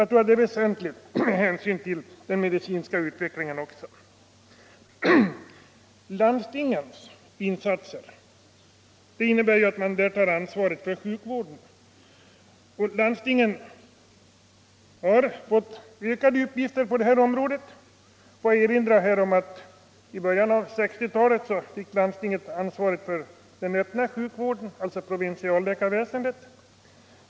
Jag tror att detta är väsentligt med hänsyn till den medicinska utvecklingen. Landstingen har fått ökade uppgifter på sjukvårdsområdet. Jag vill erinra om att landstingen i början av 1960-talet fick ansvaret för den öppna sjukvården, dvs. provinsialläkarväsendet.